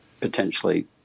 potentially